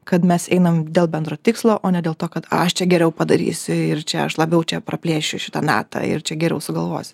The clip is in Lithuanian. kad mes einam dėl bendro tikslo o ne dėl to kad aš čia geriau padarysiu ir čia aš labiau čia praplėšiu šitą natą ir čia geriau sugalvosiu